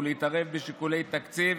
להתערב בשיקולי תקציב